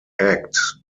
act